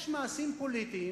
יש מעשים פוליטיים,